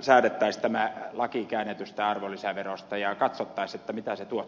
säädettäisiin tämä laki käännetystä arvonlisäverosta ja katsottaisiin mitä se tuottaa